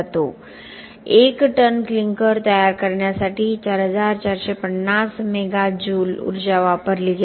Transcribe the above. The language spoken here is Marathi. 1 टन क्लिंकर तयार करण्यासाठी 4450 मेगा जूल ऊर्जा वापरली गेली